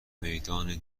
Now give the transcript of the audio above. میدان